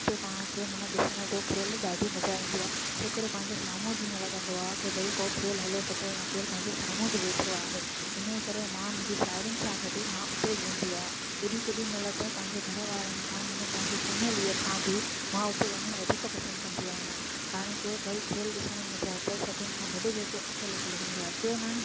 हुते पाण खे माना ॾिसण जो खेल ॾाढी मज़ा ईंदी आहे छो करे पंहिंजे साम्हूं जीअं लॻंदो आहे की भई को खेल हले पियो थो या केर पंहिंजे साम्हूं जो वेठो आहे हिनजे करे मां मुंहिंजी साहेड़ियुनि सां गॾु मां हुते ज वेंदी आहियां केॾी केॾी महिल त पंहिंजे घर वारनि खां माना पंहिंजी फैमिलीअ खां बि मां हुते वञण वधीक पसंदि कंदी आहियां कारण के भई खेल ॾिसण जी मज़ा त सभिनी खां गॾिजी अचे अकेला अकेला थो मज़ा अचे ना नी